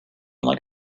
like